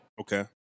Okay